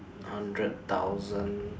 hundred thousand